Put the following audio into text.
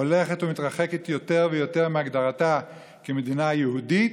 הולכת ומתרחקת יותר ויותר מהגדרתה כמדינה יהודית.